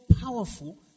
powerful